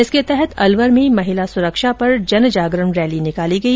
इसके तहत अलवर में महिला सुरक्षा पर जन जागरण रैली निकाली गई